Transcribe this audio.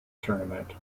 tournament